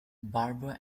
barber